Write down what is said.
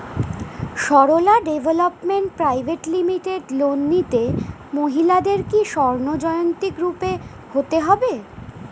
Sarala development private limited loan নিতে মহিলাদের কি স্বর্ণ জয়ন্তী গ্রুপে হতে হবে?